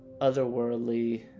otherworldly